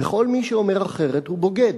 וכל מי שאומר אחרת הוא בוגד,